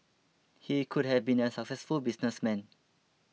he could have been a successful businessman